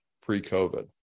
pre-COVID